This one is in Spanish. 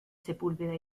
sepúlveda